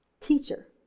teacher